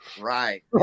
Right